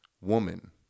woman